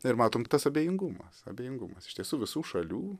ir matom tas abejingumas abejingumas iš tiesų visų šalių